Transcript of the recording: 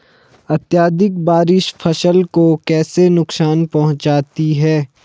अत्यधिक बारिश फसल को कैसे नुकसान पहुंचाती है?